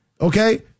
okay